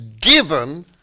given